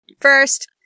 First